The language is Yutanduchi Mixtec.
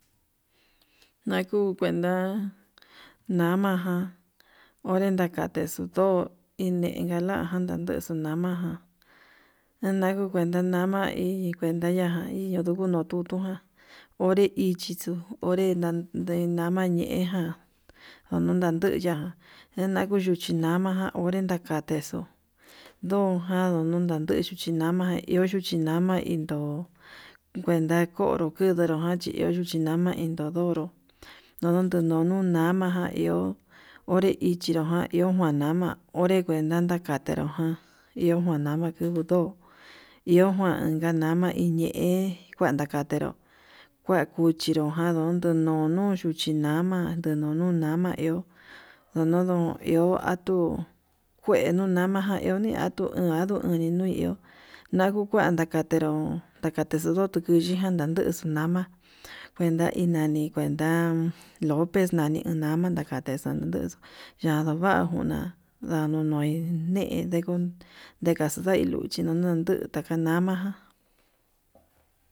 Nakuu kuenta nama ján onre nakate xuu ndó, endenga lajan nanduxu nama jan nanangu kuenta nama hi hi kuenta yajan hiye'e nduguu nuu tutuján onre ichixu onre naye'e nama ñeján ndono ndanduya ndanaga nduchi yama onre nagan ndexuu ndo janduu nun nanduchí, nama iho nruchi nama ndo kuenta ko'o ndurujan jan chi iho nruchi nama ndodoro nonanda nuu nunama jan iho, onre ichinrojan iho juan nama onre kuenta nakatero ján iho njuanama kunduu ndo'o iho njuan ñama iñe'e, kuan ndakandero kuan cuchinro janró ndenono nduchi nama ndenonu nama iho ndononon iho atuu kue nuu nama jan iho atuu uun anduu uni no'o ihó nakuu kuan ndakatenró takachendo kutichin yanda ndanduxu nama kuenta hi nani kuenta lopez nani nama ndakatex yanduva nguna, ndanu nui ndex ndekon ndekaxualai nduchi kundandu ndaka namajan.